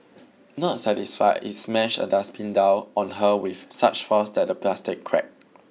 not satisfied he smashed a dustbin down on her with such force that the plastic cracked